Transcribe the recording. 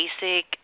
basic